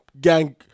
gang